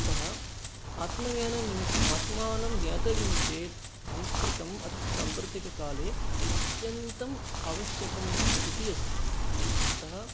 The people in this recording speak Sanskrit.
अतः आत्मज्ञाननिमित्तम् आत्मानं ज्ञातव्यं चेत् संस्कृतम् अतः साम्प्रतिककाले अत्यन्तम् आवश्यकम् इति अस्ति अतः